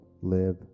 live